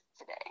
today